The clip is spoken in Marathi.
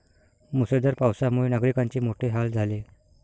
मुसळधार पावसामुळे नागरिकांचे मोठे हाल झाले